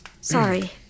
Sorry